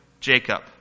Jacob